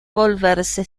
volverse